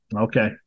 Okay